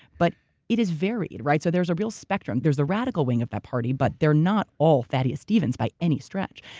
but it is varied, right? so there's a real spectrum. there's the radical wing of that party, but they're not all thaddeus stevens by any stretch.